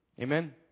Amen